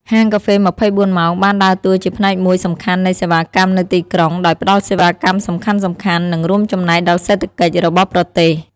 ហាងកាហ្វេ ២៤ ម៉ោង បានដើរតួជាផ្នែកមួយសំខាន់នៃសេវាកម្មនៅទីក្រុង ដោយផ្តល់សេវាកម្មសំខាន់ៗ និងរួមចំណែកដល់សេដ្ឋកិច្ចរបស់ប្រទេស។